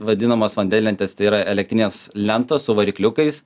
vadinamos vandenlentės tai yra elektrinės lentos su varikliukais